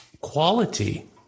quality